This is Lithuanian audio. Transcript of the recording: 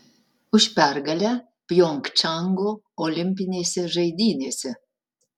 už pergalę pjongčango olimpinėse žaidynėse